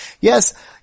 yes